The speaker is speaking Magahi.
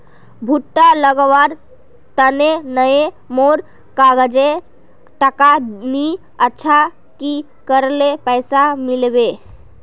भुट्टा लगवार तने नई मोर काजाए टका नि अच्छा की करले पैसा मिलबे?